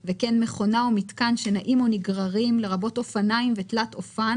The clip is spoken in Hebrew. אם הוא בחר לנסוע במונית,